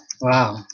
Wow